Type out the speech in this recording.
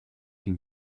den